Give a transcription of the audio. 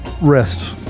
rest